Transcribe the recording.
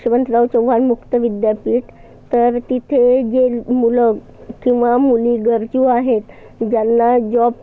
यशवंतराव चव्हाण मुक्त विद्यापीठ तर तिथे जे मुलं किंवा मुली गरजू आहेत ज्यांला जॉब